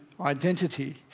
identity